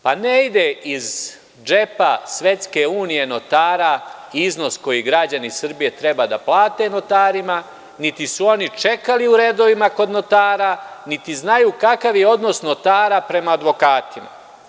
Pa, ne ide iz džepa Svetske unije notara iznos koji građani Srbije treba da plate notarima, niti su oni čekali u redovima kod notara, niti znaju kakav je odnos notara prema advokatima.